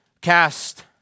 cast